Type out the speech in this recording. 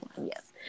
yes